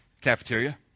Cafeteria